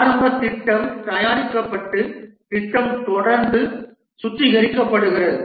ஆரம்ப திட்டம் தயாரிக்கப்பட்டு திட்டம் தொடர்ந்து சுத்திகரிக்கப்படுகிறது